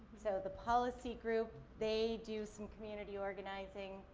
so, the policy group, they do some community organizing.